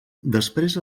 després